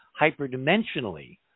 hyperdimensionally